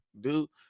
dude